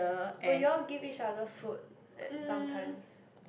will you all give each other food at some times